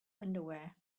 underwear